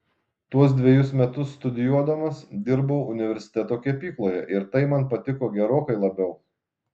tuos dvejus metus studijuodamas dirbau universiteto kepykloje ir tai man patiko gerokai labiau